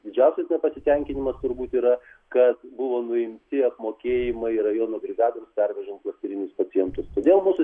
didžiausias nepasitenkinimas turbūt yra kad buvo nuimti apmokėjimai rajonų brigadoms pervežant klasterinius pacientus todėl mūsų